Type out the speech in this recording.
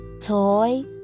Toy